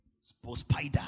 Spider